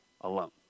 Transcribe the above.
alone